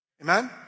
Amen